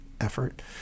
effort